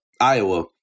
Iowa